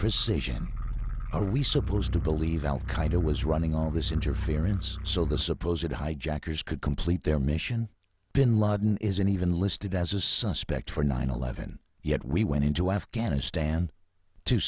precision are we supposed to believe al qaeda was running all this interference so the supposed hijackers could complete their mission bin laden isn't even listed as a suspect for nine eleven yet we went into afghanistan to